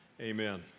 Amen